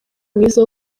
mwiza